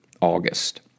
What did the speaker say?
August